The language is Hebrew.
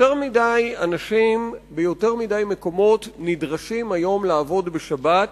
יותר מדי אנשים ביותר מדי מקומות נדרשים היום לעבוד בשבת,